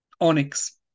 onyx